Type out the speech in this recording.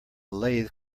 lathe